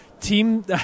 Team